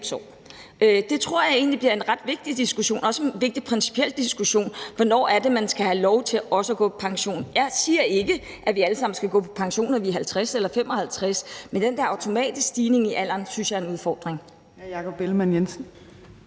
Det tror jeg egentlig bliver en ret vigtig diskussion, og det er også en vigtig principiel diskussion om, hvornår man skal have lov til at gå på pension. Jeg siger ikke, at vi alle sammen skal gå på pension, når vi er 50 eller 55 år, men den der automatiske stigning i pensionsalderen synes jeg er en udfordring. Kl. 14:30 Tredje